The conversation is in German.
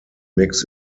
mix